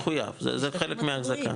מחויב, זה חלק מהאחזקה.